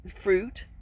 fruit